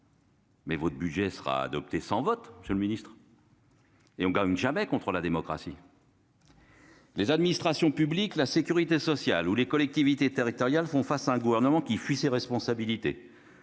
mais votre budget sera adopté sans avoir été voté ... On ne gagne jamais contre la démocratie. Les administrations publiques, la sécurité sociale ou les collectivités territoriales sont confrontées à un gouvernement qui fuit ses responsabilités.